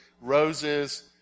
roses